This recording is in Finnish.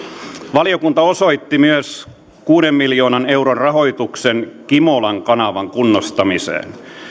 valiokunta osoitti myös kuuden miljoonan euron rahoituksen kimolan kanavan kunnostamiseen